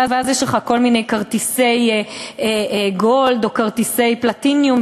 ואז יש לך כל מיני כרטיסי גולד או כרטיסי פלטיניום,